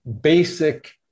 basic